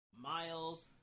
Miles